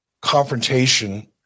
confrontation